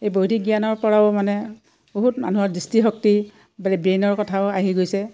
এই বৌধিক জ্ঞানৰ পৰাও মানে বহুত মানুহৰ দৃষ্টিশক্তি বে ব্ৰেইনৰ কথাও আহি গৈছে